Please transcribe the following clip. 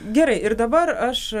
gerai ir dabar aš